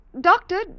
Doctor